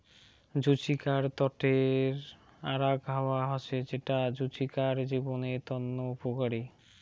জুচিকার তটের আরাক হাওয়া হসে যেটা জুচিকার জীবদের তন্ন উপকারী